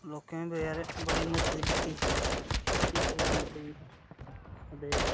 लोकें बी बेचारै बड़ी मदद कीती गरीब लोकें दी